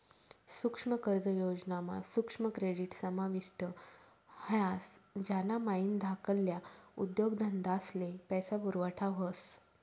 सुक्ष्म कर्ज योजना मा सुक्ष्म क्रेडीट समाविष्ट ह्रास ज्यानामाईन धाकल्ला उद्योगधंदास्ले पैसा पुरवठा व्हस